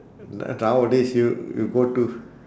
n~ nowadays you you go to